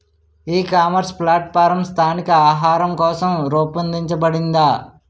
ఈ ecommerce platform స్థానిక ఆహారం కోసం రూపొందించబడిందా?